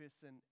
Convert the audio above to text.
person